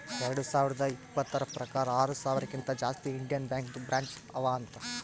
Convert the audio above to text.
ಎರಡು ಸಾವಿರದ ಇಪ್ಪತುರ್ ಪ್ರಕಾರ್ ಆರ ಸಾವಿರಕಿಂತಾ ಜಾಸ್ತಿ ಇಂಡಿಯನ್ ಬ್ಯಾಂಕ್ದು ಬ್ರ್ಯಾಂಚ್ ಅವಾ ಅಂತ್